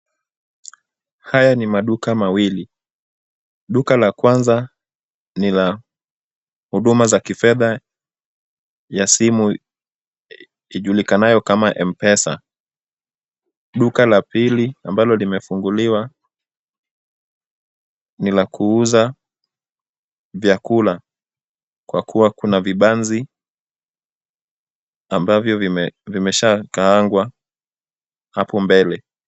Haya ni maduka mawili, duka la kwanza ni la huduma za kifedha ya simu ijulikanayo kama mpesa. Duka la pili ambalo limefunguliwa ni la kuuza vyakula kwa kuwa kuna vibanzi ambavyo vimeshakaangwa hapo mbele.